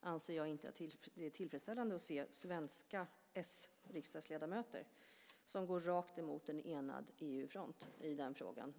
anser att det inte är tillfredsställande att se att svenska s-riksdagsledamöter går rakt emot en enad EU-front i den frågan.